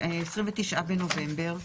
29 בנובמבר,